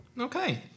Okay